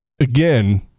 again